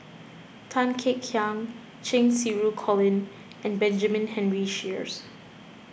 Tan Kek Hiang Cheng Xinru Colin and Benjamin Henry Sheares